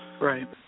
Right